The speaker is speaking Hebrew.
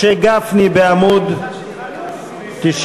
משה גפני, בעמוד 92,